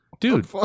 Dude